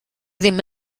ddim